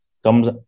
comes